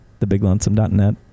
TheBigLonesome.net